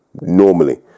normally